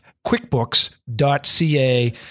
QuickBooks.ca